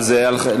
אבל זה לא.